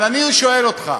אבל אני שואל אותך: